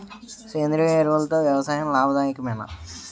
సేంద్రీయ ఎరువులతో వ్యవసాయం లాభదాయకమేనా?